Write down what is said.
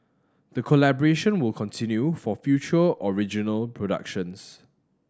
the collaboration will continue for future original productions